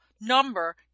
number